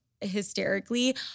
hysterically